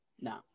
No